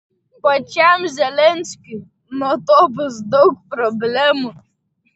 pačiam zelenskiui nuo to bus daug problemų